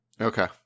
Okay